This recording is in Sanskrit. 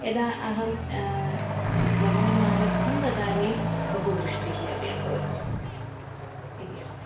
यदा अहं गमनम् आरब्धं तदानीं बहु वृष्टिः अपि अभवत् इति अस्ति